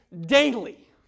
daily